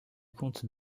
compte